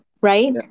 right